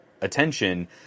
attention